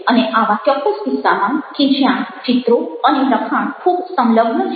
અને આવા ચોક્કસ કિસ્સામાં કે જ્યાં ચિત્રો અને લખાણ ખૂબ સંલગ્ન છે